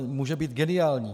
Může být geniální.